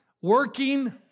working